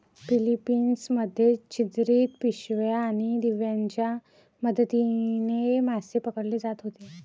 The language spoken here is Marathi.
फिलीपिन्स मध्ये छिद्रित पिशव्या आणि दिव्यांच्या मदतीने मासे पकडले जात होते